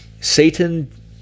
Satan